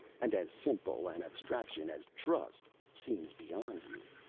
and as simple an abstraction as trust seems beyond you.